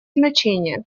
значение